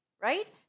right